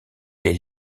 les